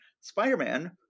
Spider-Man